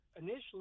initially